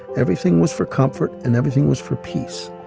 everything was for comfort. and everything was for peace.